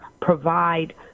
provide